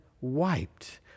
wiped